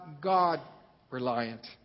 God-reliant